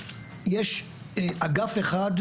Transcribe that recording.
יש אגף אחד,